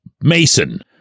Mason